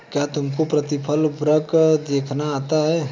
क्या तुमको प्रतिफल वक्र देखना आता है?